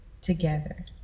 together